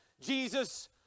Jesus